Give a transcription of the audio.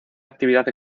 actividad